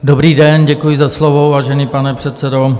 Dobrý den, děkuji za slovo, vážený pane místopředsedo.